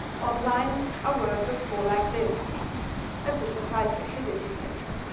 online our world looks more like this a fisher price activity center.